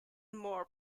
more